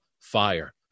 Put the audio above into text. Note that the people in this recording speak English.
fire